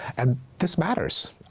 and this matter!